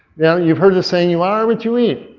now you've heard the saying, you ah are what you eat.